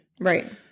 Right